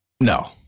No